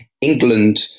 England